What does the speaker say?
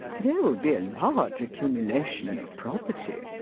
there will be large accumulation of property.